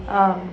um